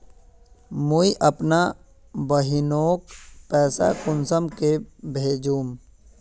मुई अपना बहिनोक पैसा कुंसम के भेजुम?